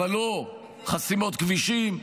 אבל לא חסימות כבישים,